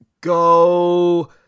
Go –